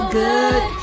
good